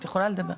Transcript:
את יכולה לדבר.